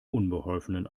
unbeholfenen